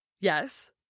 yes